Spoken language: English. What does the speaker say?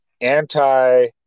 anti